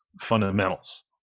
fundamentals